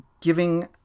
giving